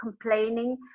complaining